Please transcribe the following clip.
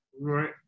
right